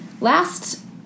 Last